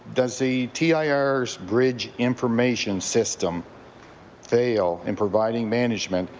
does the tir's bridge information system fail in providing management,